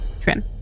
trim